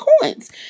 coins